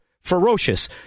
ferocious